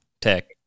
Tech